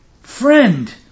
Friend